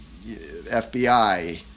FBI